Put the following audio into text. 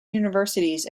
universities